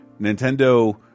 Nintendo